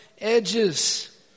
edges